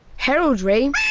heraldry,